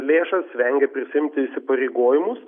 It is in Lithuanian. lėšas vengia prisiimti įsipareigojimus